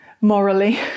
morally